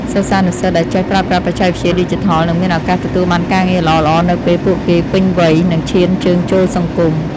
សិស្សានុសិស្សដែលចេះប្រើប្រាស់បច្ចេកវិទ្យាឌីជីថលនឹងមានឱកាសទទួលបានការងារល្អៗនៅពេលពួកគេពេញវ័យនិងឈានជើងចូលសង្គម។